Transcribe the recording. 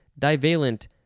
divalent